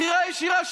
בחירה ישירה,